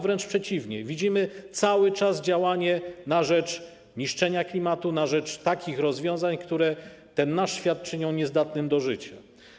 Wręcz przeciwnie, cały czas widzimy działanie na rzecz niszczenia klimatu, na rzecz takich rozwiązań, które ten nasz świat czynią niezdatnym do życia.